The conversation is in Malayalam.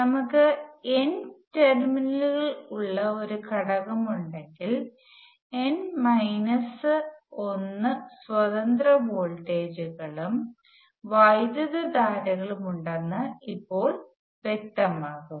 നമുക്ക് N ടെർമിനൽ ഉള്ള ഒരു ഘടകം ഉണ്ടെങ്കിൽ N മൈനസ് 1 സ്വതന്ത്ര വോൾട്ടേജുകളും വൈദ്യുതധാരകളും ഉണ്ടെന്ന് ഇപ്പോൾ വ്യക്തമാകും